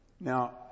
Now